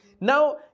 now